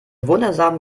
wundersamen